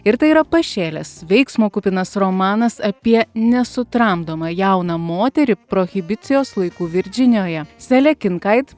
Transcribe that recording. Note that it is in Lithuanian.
ir tai yra pašėlęs veiksmo kupinas romanas apie nesutramdomą jauną moterį prohibicijos laikų virdžinijoje selė kinkaid